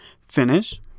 finish